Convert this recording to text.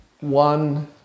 one